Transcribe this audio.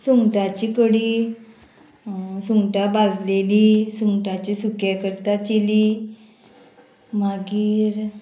सुंगटाची कडी सुंगटां भाजलेलीं सुंगटाचें सुकें करता चिली मागीर